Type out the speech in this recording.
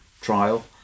trial